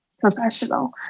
professional